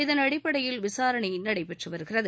இதன் அடிப்படையில் விசாரணை நடைபெற்று வருகிறது